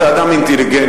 אתה אדם אינטליגנטי.